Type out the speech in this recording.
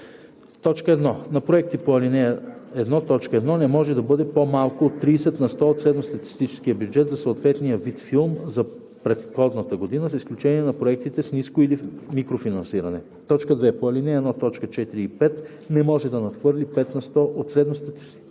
3: 1. на проекти по ал. 1, т. 1 не може да бъде по-малко от 30 на сто от средностатистическия бюджет за съответния вид филм за предходната година, с изключение на проектите с ниско или микрофинансиране; 2. по ал. 1, т. 4 и 5 не може да надхвърля 5 на сто от средностатистическия бюджет